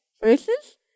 verses